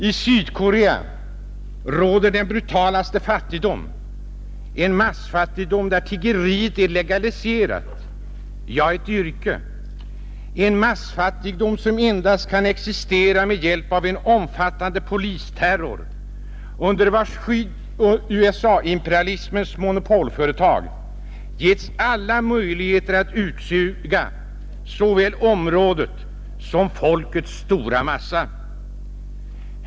I Sydkorea råder den brutalaste fattigdom, en massfattigdom som endast kan existera med hjälp av en omfattande polisterror, under vars skydd USA-imperialismens monopolföretag givits alla möjligheter att utsuga såväl området som folkets stora massa.